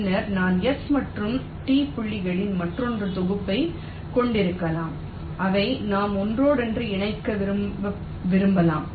பின்னர் நான் S மற்றும் T புள்ளிகளின் மற்றொரு தொகுப்பைக் கொண்டிருக்கலாம் அவை நாம் ஒன்றோடொன்று இணைக்க விரும்பலாம்